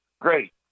Great